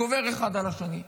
גובר אחד על השני.